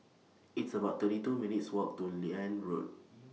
It's about thirty two minutes' Walk to Liane Road